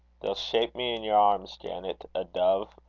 they'll shape me in your arms, janet, a dove,